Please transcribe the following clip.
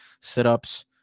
sit-ups